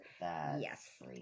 Yes